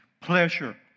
pleasure